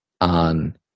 on